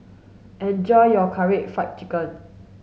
enjoy your Karaage Fried Chicken